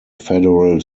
federal